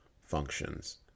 functions